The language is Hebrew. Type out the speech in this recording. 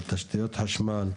על תשתיות חשמל.